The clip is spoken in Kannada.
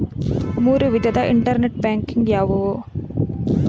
ಮೂರು ವಿಧದ ಇಂಟರ್ನೆಟ್ ಬ್ಯಾಂಕಿಂಗ್ ಯಾವುವು?